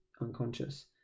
unconscious